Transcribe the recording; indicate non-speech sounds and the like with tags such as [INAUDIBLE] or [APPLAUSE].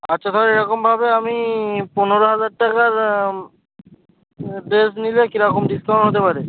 আচ্ছা [UNINTELLIGIBLE] এরকমভাবে আমি পনেরো হাজার টাকার ড্রেস নিলে কি রকম ডিসকাউন্ট হতে পারে